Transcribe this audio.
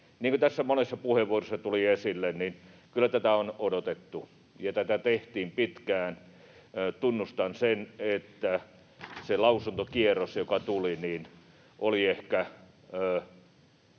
Niin kuin tässä monessa puheenvuorossa tuli esille, niin kyllä tätä on odotettu, ja tätä tehtiin pitkään. Tunnustan sen, että se lausuntokierros, joka tuli, herätti ehkä